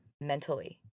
mentally